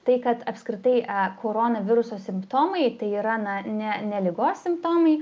tai kad apskritai korona viruso simptomai tai yra na ne ne ligos simptomai